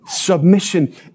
Submission